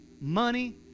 money